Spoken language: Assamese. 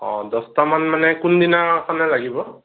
অ' দহটামান মানে কোনদিনা খনে লাগিব